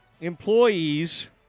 employees